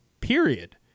period